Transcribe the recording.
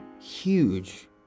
huge